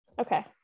Okay